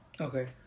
Okay